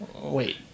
Wait